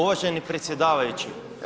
Uvaženi predsjedavajući.